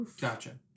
Gotcha